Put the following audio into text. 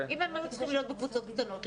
אם הם היו צריכים להיות בקבוצות קטנות,